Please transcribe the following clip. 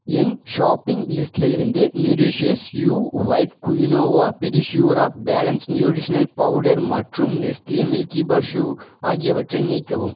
என் shopping லிஸ்ட்டில் இருந்து nutritious you white quinoa PediaSure balance nutritional powder மற்றும் நெஸ்ட்லி மில்கிபார் சூ ஆகியவற்றை நீக்கவும்